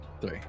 Three